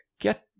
Get